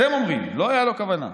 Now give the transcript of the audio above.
אתם אומרים: לא הייתה לו כוונה,